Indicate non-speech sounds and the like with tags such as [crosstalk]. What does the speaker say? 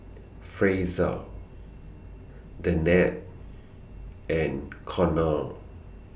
Frazier [noise] Danette and Konnor